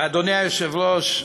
אדוני היושב-ראש,